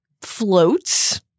floats